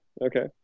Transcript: Okay